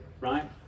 right